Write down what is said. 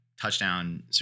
touchdown